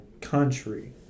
country